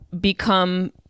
become